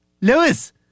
Lewis